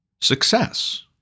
success